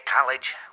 college